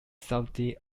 saudi